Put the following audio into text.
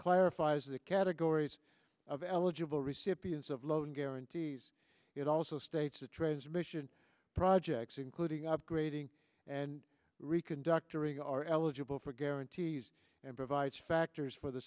clarifies the categories of eligible recipients of loan guarantees it also states the transmission projects including upgrading and reconned doctoring are eligible for guarantees and provides factors for the